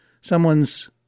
someone's